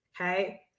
Okay